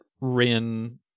rin